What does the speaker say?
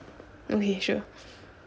malaysia